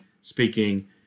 speaking